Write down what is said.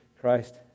Christ